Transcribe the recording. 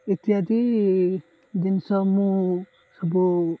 ଇତ୍ୟାଦି ଜିନିଷ ମୁଁ ସବୁ